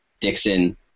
Dixon